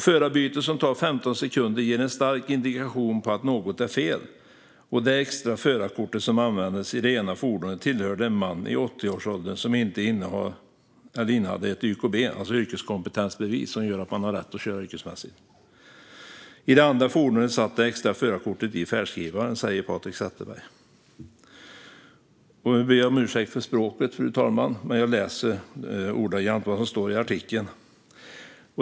"Förarbyten som tar 15 sekunder ger en stark indikation på att något är fel och det extra förarkortet som användes i det ena fordonet, tillhörde en man i 80-årsåldern som inte innehade ett YKB. I det andra fordonet satt det extra förarkortet i färdskrivaren, säger Patrick Zetteberg." Ett YKB är ett yrkeskompetensbevis, som ger rätt att köra yrkesmässigt. Nu ber jag om ursäkt för språket, fru talman, men jag läser ordagrant vad som står i artikeln.